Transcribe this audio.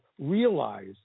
realize